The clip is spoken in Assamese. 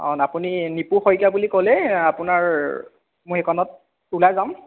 অঁ আপুনি নিপু শইকীয়া বুলি ক'লেই আপোনাৰ মই এইকণত ওলাই যাম